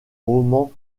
roman